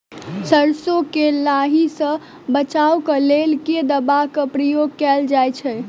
सैरसो केँ लाही सऽ बचाब केँ लेल केँ दवाई केँ प्रयोग कैल जाएँ छैय?